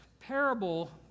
parable